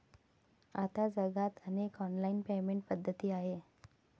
आता जगात अनेक ऑनलाइन पेमेंट पद्धती आहेत